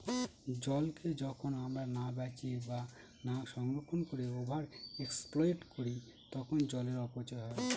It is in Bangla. জলকে যখন আমরা না বাঁচিয়ে বা না সংরক্ষণ করে ওভার এক্সপ্লইট করি তখন জলের অপচয় হয়